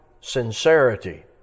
sincerity